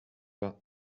vingt